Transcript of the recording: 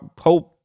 hope